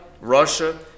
Russia